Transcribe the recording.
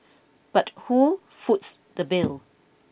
but who foots the bill